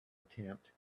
attempt